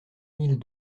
mille